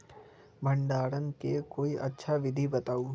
भंडारण के कोई अच्छा विधि बताउ?